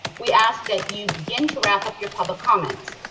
we ask that you begin to wrap up your public comments.